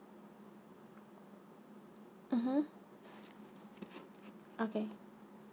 mmhmm okay